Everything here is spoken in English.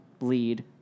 lead